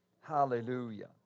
Hallelujah